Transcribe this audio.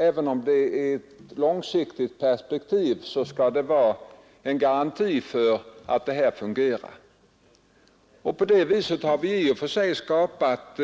Även om det är ett långsiktigt perspektiv så skall det vara en garanti för att detta fungerar. På det viset har vi i och för sig skapat